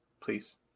Please